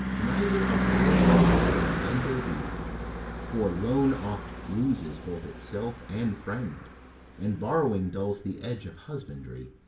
neither a borrower nor a lender be for loan oft loses both itself and friend and borrowing dulls the edge of husbandry.